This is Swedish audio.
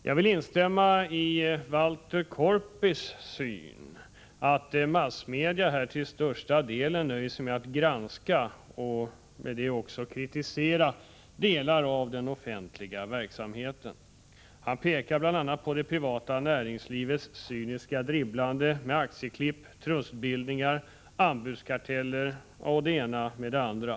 Jag delar Walter Korpis syn, nämligen den att massmedia till största delen nöjer sig med att granska och kritisera delar av den offentliga verksamheten. Han pekar bl.a. på det privata näringslivets dribblande med aktieklipp, trustbildningar, anbudskarteller och det ena med det andra.